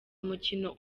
umukino